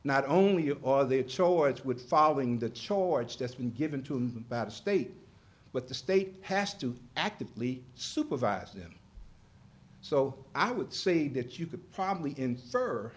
not only are they a choice with following the choice that's been given to him by the state but the state has to actively supervise them so i would say that you could probably in